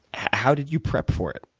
how did you prep for it?